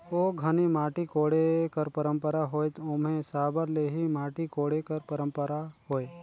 ओ घनी माटी कोड़े कर पंरपरा होए ओम्हे साबर ले ही माटी कोड़े कर परपरा होए